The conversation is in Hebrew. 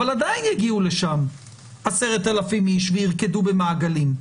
אבל עדיין יגיעו לשם 10,000 איש וירקדו במעגלים,